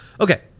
Okay